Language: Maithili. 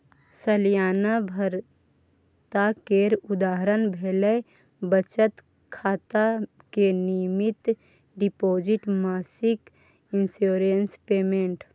सलियाना भत्ता केर उदाहरण भेलै बचत खाता मे नियमित डिपोजिट, मासिक इंश्योरेंस पेमेंट